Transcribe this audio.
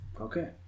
Okay